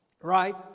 Right